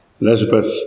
Elizabeth